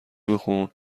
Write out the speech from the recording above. بخون